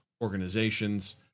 organizations